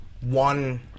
one